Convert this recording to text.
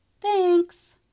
Thanks